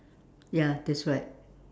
ya that's right